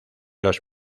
los